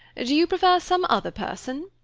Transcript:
do you prefer some other person?